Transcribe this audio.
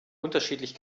unterschiedlich